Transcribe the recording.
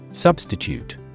Substitute